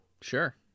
Sure